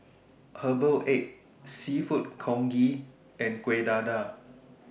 Herbal Egg Seafood Congee and Kueh Dadar